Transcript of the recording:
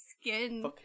skin